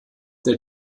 der